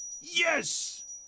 Yes